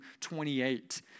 28